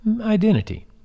identity